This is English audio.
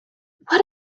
what